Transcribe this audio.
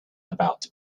about